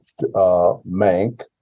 Mank